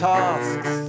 tasks